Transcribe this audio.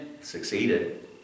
succeeded